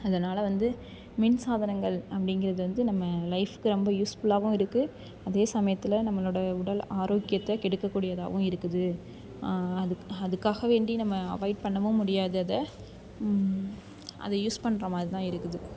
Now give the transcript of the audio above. அதனால் வந்து மின்சாதனங்கள் அப்படிங்கிறது வந்து நம்ம லைஃபுக்கு ரொம்ப யூஸ்ஃபுல்லாகவும் இருக்குது அதே சமயத்தில் நம்மளோட உடல் ஆரோக்கியத்தை கெடுக்க கூடியதாகவும் இருக்குது அதுக்கு அதுக்காக வேண்டி நம்ம அவாய்ட் பண்ணவும் முடியாது அதை அதை யூஸ் பண்ணுற மாதிரி தான் இருக்குது